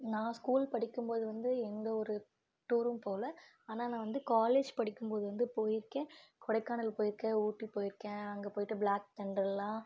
நான் ஸ்கூல் படிக்கும்போது வந்து எந்த ஒரு டூரும் போகல ஆனால் நான் வந்து காலேஜ் படிக்கும்போது வந்து போயிருக்கேன் கொடைக்கானல் போயிருக்கேன் ஊட்டி போயிருக்கேன் அங்கே போய்ட்டு பிளாக் தண்டர்லாம்